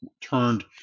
turned